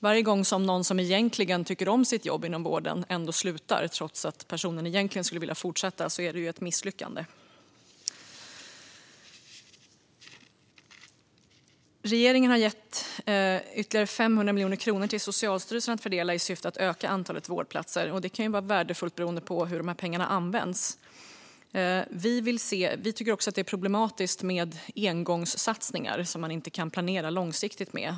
Varje gång någon som egentligen tycker om sitt jobb inom vården och skulle vilja fortsätta ändå slutar är det ett misslyckande. Regeringen har gett ytterligare 500 miljoner kronor till Socialstyrelsen att fördela i syfte att öka antalet vårdplatser. Det kan vara värdefullt beroende på hur pengarna används. Vi tycker att det är problematiskt med engångssatsningar som man inte kan planera långsiktigt med.